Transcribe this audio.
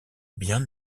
biens